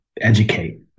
educate